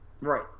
right